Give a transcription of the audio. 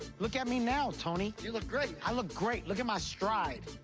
look at me now, tony. you look great. i look great. look at my stride.